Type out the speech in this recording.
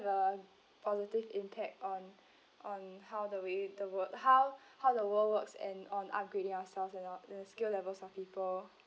the positive impact on on how the way the world how how the world works and on upgrading ourselves and our the skill levels of people